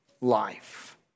life